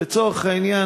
לצורך העניין,